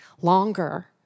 longer